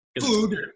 Food